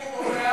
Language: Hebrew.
אם הוא בורח?